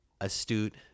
astute